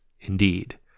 indeed